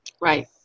Right